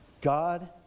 God